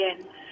again